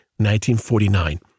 1949